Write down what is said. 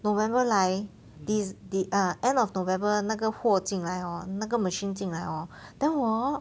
november 来 this the end of november 那个货进来 hor 那个 machine 进来 hor then 我 hor